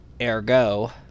ergo